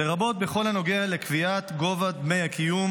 לרבות בכל הנוגע לקביעת גובה דמי הקיום